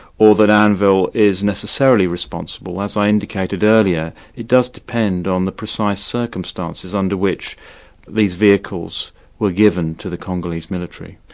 or that anvil is necessarily responsible. as i indicated earlier, it does depend on the precise circumstances under which these vehicles were given to the congolese military.